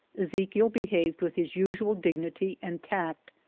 ezechiel behaved with his usual dignity and tact,